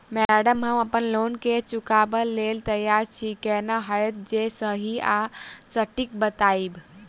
Madam हम अप्पन loan केँ चुकाबऽ लैल तैयार छी केना हएत जे सही आ सटिक बताइब?